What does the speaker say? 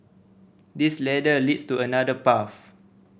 this ladder leads to another path